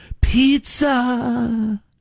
pizza